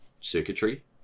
circuitry